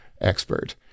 expert